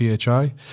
PHI